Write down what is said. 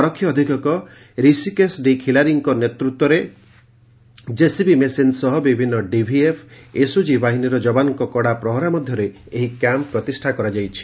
ଆରକ୍ଷୀ ଅଧିକ୍ଷକ ରିଷିକେଶ ଡିଖ୍ଲାରୀଙ୍କ ନେତିତ୍ୱରେ ଜେସିବି ମେସିନ ସହ ବିଭିନ୍ନ ଡିଭିଏଫ୍ ଏସ୍ଓଜି ବାହିନୀର ଯବାନଙ୍କ କଡ଼ା ପ୍ରହରା ମଧ୍ଧରେ ଏହି କ୍ୟାମ୍ପ ପ୍ରତିଷା କରାଯାଇଛି